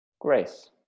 Grace